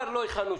שהעמדה